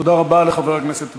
תודה רבה לחבר הכנסת בר-לב.